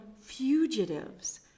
fugitives